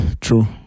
True